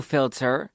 Filter